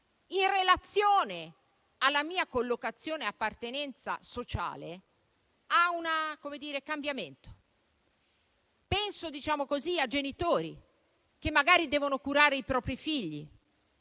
in relazione alla mia collocazione e appartenenza sociale, subisce un cambiamento. Penso a genitori che magari devono curare i propri figli,